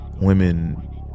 women